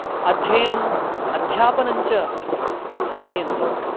अध्ययनम् अध्यापनञ्च साधयन्ति